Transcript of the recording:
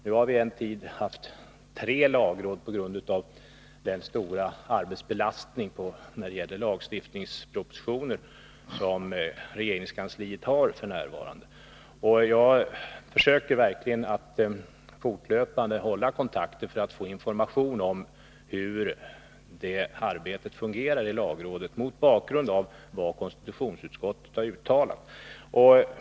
Nu har vi en tid haft tre lagrådsavdelningar på grund av den stora arbetsbelastning när det gäller lagstiftningspropositioner som regeringskansliet f. n. har. Jag försöker verkligen att fortlöpande hålla kontakter för att få information om hur detta arbete fungerar i lagrådet mot bakgrund av vad konstitutionsutskottet har uttalat.